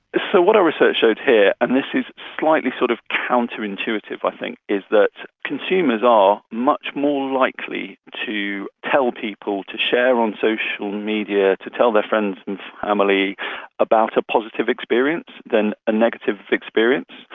so what our research showed here, and this is slightly sort of counterintuitive i think, is that consumers are much more likely to tell people to share on social media, to tell their friends and family about a positive experience than a negative experience.